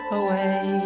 away